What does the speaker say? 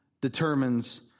determines